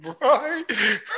right